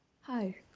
Hi